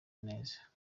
neza